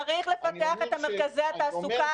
צריך לפתח את מרכזי התעסוקה,